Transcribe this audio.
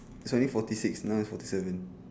it's only forty six now is forty seven